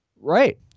Right